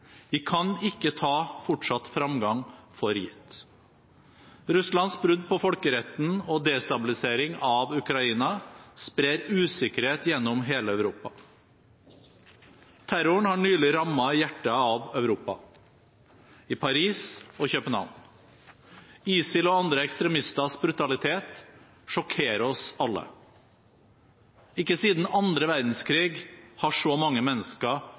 Vi kan ikke ta fortsatt fremgang for gitt. Russlands brudd på folkeretten og destabilisering av Ukraina sprer usikkerhet gjennom hele Europa. Terroren har nylig rammet i hjertet av Europa, i Paris og i København. ISIL og andre ekstremisters brutalitet sjokkerer oss alle. Ikke siden annen verdenskrig har så mange mennesker